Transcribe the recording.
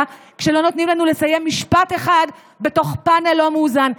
כשלא נותנים לנו לסיים משפט אחד בתוך פאנל לא מאוזן.